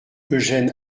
eugène